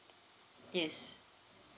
yes